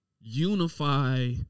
unify